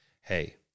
Hey